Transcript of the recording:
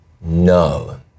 No